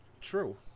true